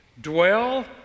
Dwell